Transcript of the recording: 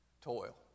Toil